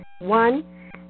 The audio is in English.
One